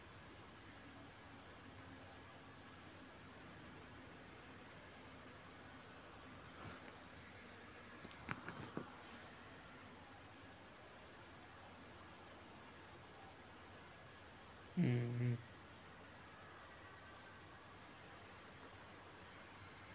mm mm